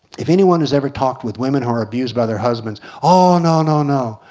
if anyone has ever talked with women who are abused by their husbands oh no no no,